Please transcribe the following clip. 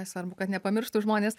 svarbu kad nepamirštų žmonės